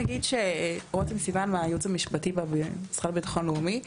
רותם סיוון, הייעוץ המשפטי, המשרד לביטחון לאומי.